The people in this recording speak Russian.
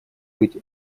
быть